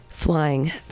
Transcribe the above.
Flying